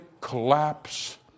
collapse